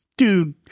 Dude